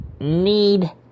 need